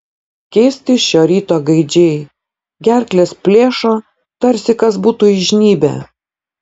keisti šio ryto gaidžiai gerkles plėšo tarsi kas būtų įžnybę